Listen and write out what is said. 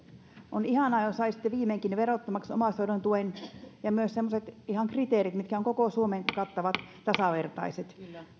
on ihanaa jos saisitte viimeinkin verottomaksi omaishoidon tuen ja tulisi myös ihan semmoiset kriteerit mitkä ovat koko suomen kattavat tasavertaiset